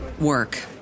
work